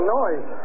noise